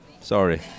Sorry